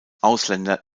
ausländer